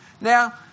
Now